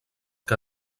que